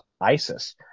isis